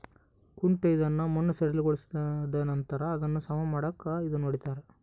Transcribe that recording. ಕುಂಟೆ ಇದನ್ನು ಮಣ್ಣು ಸಡಿಲಗೊಳಿಸಿದನಂತರ ಅದನ್ನು ಸಮ ಮಾಡಾಕ ಇದನ್ನು ಹೊಡಿತಾರ